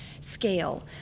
scale